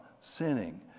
sinning